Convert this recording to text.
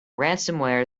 ransomware